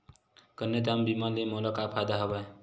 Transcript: कन्यादान बीमा ले मोला का का फ़ायदा हवय?